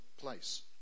place